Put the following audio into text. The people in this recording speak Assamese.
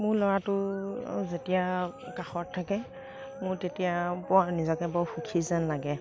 মোৰ ল'ৰাটো যেতিয়া কাষত থাকে মোৰ তেতিয়া বৰ নিজকে বৰ সুখী যেন লাগে